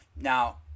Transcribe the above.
Now